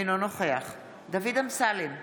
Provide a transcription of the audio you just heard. אינו נוכח דוד אמסלם,